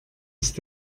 ist